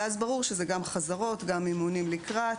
ואז ברור שזה גם חזרות, גם אימונים לקראת